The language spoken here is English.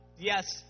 Yes